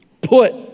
Put